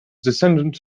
descendent